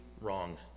wrong